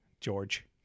George